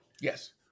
Yes